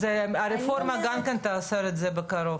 אז הרפורמה גם כן תאסור את זה בקרוב,